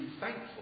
thankful